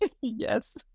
Yes